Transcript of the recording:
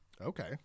Okay